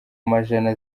majana